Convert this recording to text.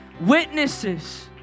witnesses